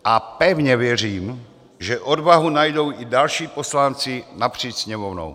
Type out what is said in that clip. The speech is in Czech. A pevně věřím, že odvahu najdou i další poslanci napříč Sněmovnou.